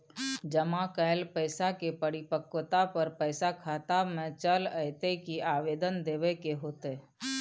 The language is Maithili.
जमा कैल पैसा के परिपक्वता पर पैसा खाता में चल अयतै की आवेदन देबे के होतै?